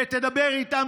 תדבר איתם,